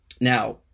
Now